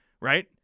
right